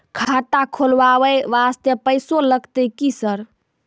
खाता खोलबाय वास्ते पैसो लगते की सर?